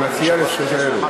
היא מציעה לזכויות הילד.